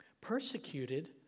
Persecuted